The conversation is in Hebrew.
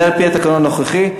זה על-פי התקנון הנוכחי.